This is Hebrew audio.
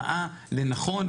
ראה לנכון,